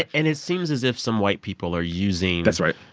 and it seems as if some white people are using. that's right.